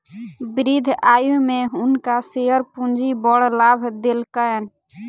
वृद्ध आयु में हुनका शेयर पूंजी बड़ लाभ देलकैन